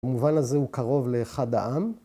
‫במובן הזה הוא קרוב לאחד העם.